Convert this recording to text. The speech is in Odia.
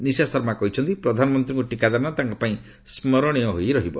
ନିଶା ଶର୍ମା କହିଛନ୍ତି ପ୍ରଧାନମନ୍ତ୍ରୀଙ୍କୁ ଟିକାଦାନ ତାଙ୍କ ପାଇଁ ସ୍କରଣୀୟ ହୋଇ ରହିବ